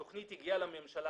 התוכנית הגיעה לממשלה,